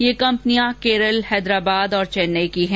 ये कम्पनियां केरल हैदराबाद और चेन्नई की हैं